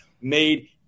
made